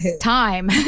time